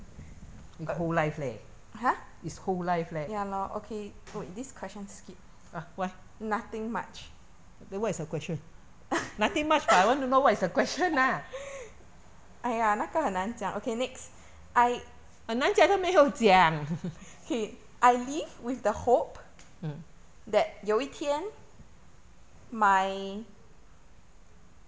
you got whole life leh is whole life leh !huh! why then what is the question nothing much but I want to know what is the question lah 很难讲都没有讲 mm